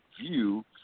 view